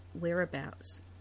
whereabouts